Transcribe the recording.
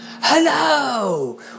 Hello